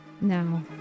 Now